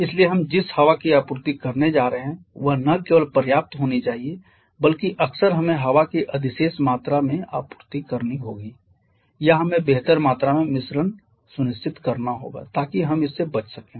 इसलिए हम जिस हवा की आपूर्ति करने जा रहे हैं वह न केवल पर्याप्त होनी चाहिए बल्कि अक्सर हमें हवा की अधिशेष मात्रा में आपूर्ति करनी होगी या हमें बेहतर मात्रा में मिश्रण सुनिश्चित करना होगा ताकि हम इससे बच सकें